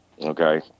Okay